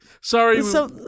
sorry